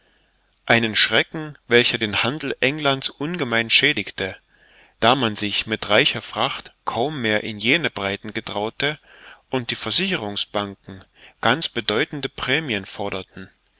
einen schrecken welcher den handel england's ungemein schädigte da man sich mit reicher fracht kaum mehr in jene breiten getraute und die versicherungsbanken ganz bedeutende prämien forderten